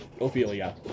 Ophelia